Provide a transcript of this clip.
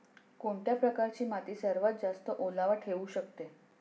कोणत्या प्रकारची माती सर्वात जास्त ओलावा ठेवू शकते?